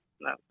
No